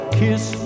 kiss